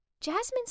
Jasmine's